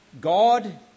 God